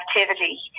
activity